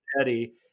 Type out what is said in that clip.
Eddie